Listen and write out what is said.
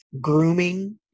grooming